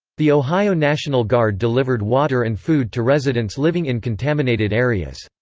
the ohio national guard delivered water and food to residents living in contaminated areas.